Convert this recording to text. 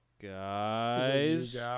Guys